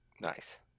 Nice